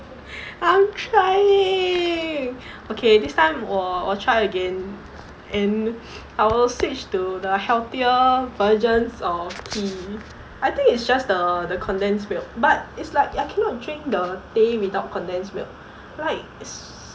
I'm trying okay next time 我我 try again in our stage to the healthier versions of me I think it's just the the condensed milk but it's like I cannot drink the teh without condensed milk like